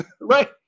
right